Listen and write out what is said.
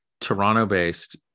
Toronto-based